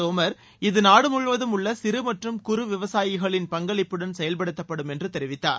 தோமர் இது நாடு முழுவதும் உள்ள சிறு மற்றும் குறு விவசாயிகளின் பங்களிப்புடன் செயல்படுத்தப்படும் என்று தெரிவித்தார்